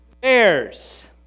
bears